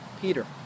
Peter